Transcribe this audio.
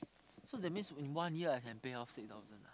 so that means in one year I can pay off six thousand eh